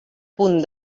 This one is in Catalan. punt